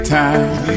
time